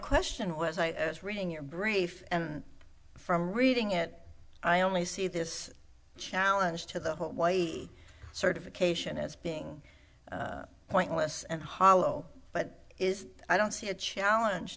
question was i was reading your brave and from reading it i only see this challenge to the white certification as being pointless and hollow but is i don't see a challenge